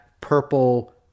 purple